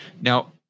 now